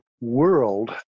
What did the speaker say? world